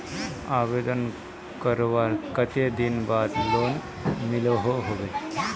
आवेदन करवार कते दिन बाद लोन मिलोहो होबे?